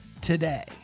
today